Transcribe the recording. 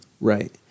Right